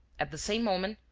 at the same moment,